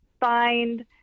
find